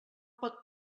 pot